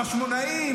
החשמונאים?